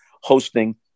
hosting